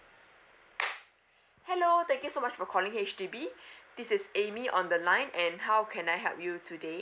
hello thank you so much for calling H_D_B this is amy on the line and how can I help you today